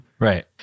Right